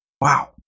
Wow